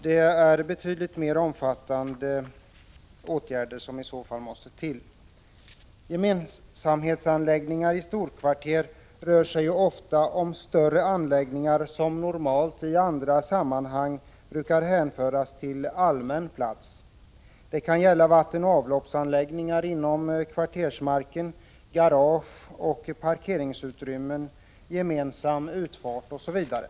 Det är betydligt mer omfattande åtgärder som måste till. Gemensamhetsanläggningar i storkvarter är ofta större anläggningar, som normalt i andra sammanhang brukar hänföras till allmän plats. Det kan gälla vattenoch avloppsanläggningar inom kvartersmarken, garageoch parkeringsutrymmen, gemensam utfart osv.